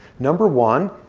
number one,